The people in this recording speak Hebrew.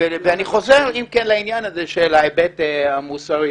אני חוזר אם כן לעניין הזה של ההיבט המוסרי.